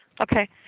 Okay